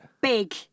Big